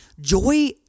Joy